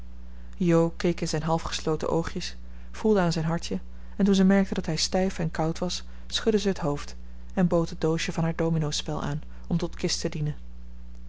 keek in zijn halfgesloten oogjes voelde aan zijn hartje en toen ze merkte dat hij stijf en koud was schudde zij het hoofd en bood het doosje van haar dominospel aan om tot kist te dienen